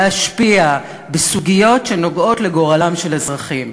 להשפיע בסוגיות שנוגעות לגורלם של אזרחים.